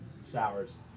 sours